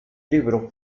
libro